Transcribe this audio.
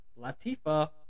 Latifa